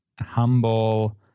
humble